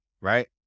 Right